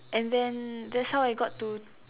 and then that's how I got to